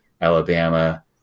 Alabama